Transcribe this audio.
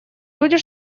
люди